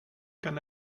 can